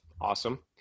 awesome